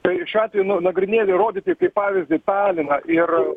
tai šiuo atveju na nagrinėt ir rodyti kaip pavyzdį taliną ir